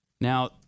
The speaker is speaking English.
now